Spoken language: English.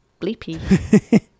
bleepy